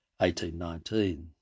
1819